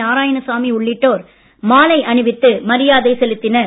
நாராயணசாமி உள்ளிட்டோர் மாலை அணிவித்து மரியாதை செலுத்தினர்